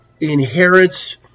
inherits